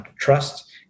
trust